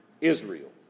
Israel